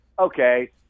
okay